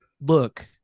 Look